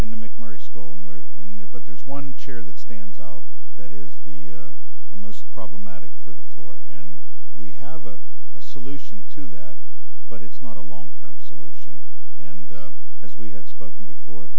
school and we're in there but there's one chair that stands out that is the most problematic for the floor and we have a solution to that but it's not a long term solution and as we had spoken before